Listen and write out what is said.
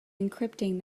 encrypting